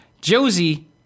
Josie